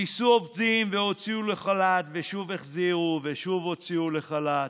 גייסו עובדים והוציאו לחל"ת ושוב החזירו ושוב הוציאו לחל"ת.